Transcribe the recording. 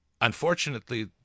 unfortunately